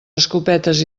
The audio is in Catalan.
escopetes